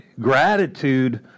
Gratitude